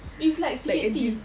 it's like sikit tea